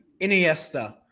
Iniesta